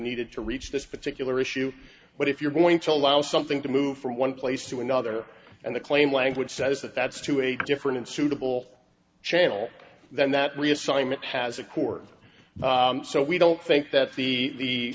needed to reach this particular issue but if you going to allow something to move from one place to another and the claim language says that that's too a different suitable channel than that reassignment has a court so we don't think that the